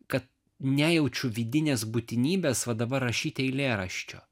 kad nejaučiu vidinės būtinybės va dabar rašyti eilėraščio